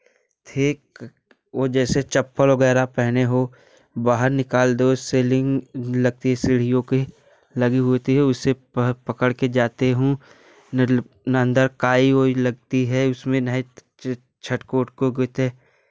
ठीक वह जैसे चप्पल वगैरह पहने हो बाहर निकाल दो सेल्लिंग लगती है सीढ़ियों के लगी होती है उससे पकड़ कर जाता हूँ नल अन्दर काई उई लगती है उसमें नाहित छटके उटको गेते